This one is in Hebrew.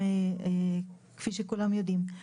כפי שכולם יודעים,